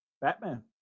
Batman